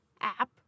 app